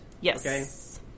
Yes